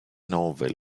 novel